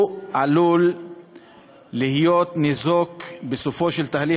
עלול להיות ניזוק בסופו של תהליך.